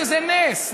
שזה נס,